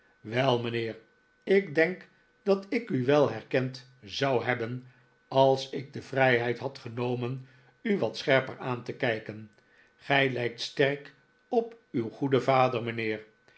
wel mijnheer ik denk dat ik u wel herkend zou hebben als ik de vrijheid had genomen u wat scherper aan te kijken gij lijkt sterk op uw goeden vader mijnheer